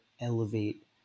elevate